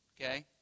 okay